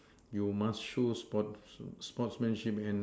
you must show sports sportsmanship and